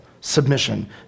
submission